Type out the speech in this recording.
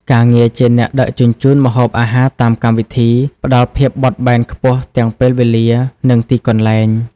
ការងារជាអ្នកដឹកជញ្ជូនម្ហូបអាហារតាមកម្មវិធី ផ្តល់ភាពបត់បែនខ្ពស់ទាំងពេលវេលា និងទីកន្លែង។